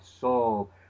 soul